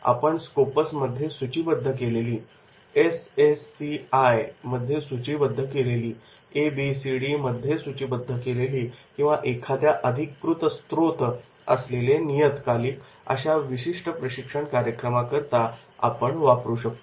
आपण स्कोपसमध्ये सूचीबद्ध केलेली एस एस सी आय मध्ये सूचीबद्ध केलेली एबीसीडी मध्ये सूचीबद्ध केलेली किंवा एखादा अधिकृत स्त्रोत असलेले नियतकालिके अशा प्रकारच्या विशिष्ट प्रशिक्षण कार्यक्रमाकरिता वापरू शकतो